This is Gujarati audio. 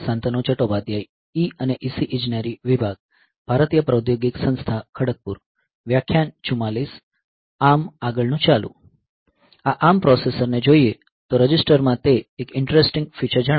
આ ARM પ્રોસેસર ને જોઈએ તો રજીસ્ટર માં તે એક ઇન્ટરેસ્ટિંગ ફીચર જણાય છે